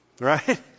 Right